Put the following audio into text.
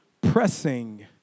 pressing